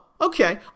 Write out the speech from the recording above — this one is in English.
okay